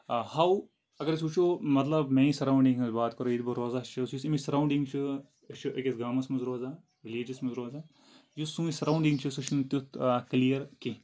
ہَو اگر أسۍ وُچھو مطلب میٛانہِ سَراوڈِنٛگ ہِںٛز بات کَرو ییٚتہِ بہٕ روزان چھُس یۄس أمِچ سَراوڈِنٛگ چھِ أسۍ چھِ أکِس گامَس منٛز روزان وِلیجَس منٛز روزان یُس سٲنۍ سَراوڈِنٛگ چھِ سۄ چھِنہٕ تیُٚتھ کٔلِیَر کینٛہہ